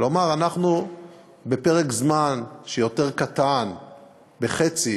כלומר אנחנו בפרק זמן שקטן בחצי